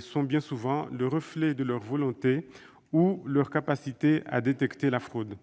sont bien souvent le reflet de leur volonté ou de leur capacité à détecter la fraude.